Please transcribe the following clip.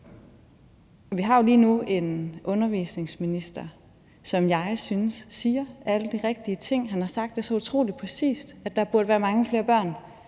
Vi har lige nu en undervisningsminister, som jeg synes siger alle de rigtige ting. Han har sagt det så utrolig præcist, nemlig at der burde være mange flere børn,